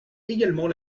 également